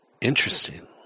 Interesting